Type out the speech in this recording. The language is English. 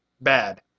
bad